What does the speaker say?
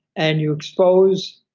and you expose,